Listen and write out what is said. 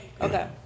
Okay